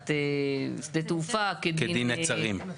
יודעת שדה תעופה כדין -- כדין נצרים.